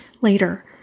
later